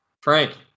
Frank